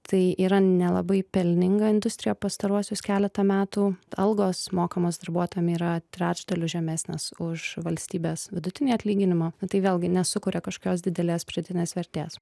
tai yra nelabai pelninga industrija pastaruosius keletą metų algos mokamos darbuotojam yra trečdaliu žemesnės už valstybės vidutinį atlyginimą tai vėlgi nesukuria kažkokios didelės pridėtinės vertės